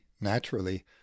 naturally